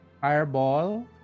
fireball